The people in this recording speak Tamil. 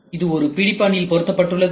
இது ஒரு பிடிபானில் பொருத்தப்பட்டுள்ளது